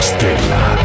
Stella